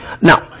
Now